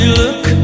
look